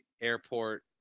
airport